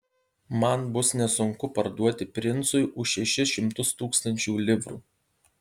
man bus nesunku parduoti princui už šešis šimtus tūkstančių livrų